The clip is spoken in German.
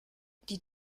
die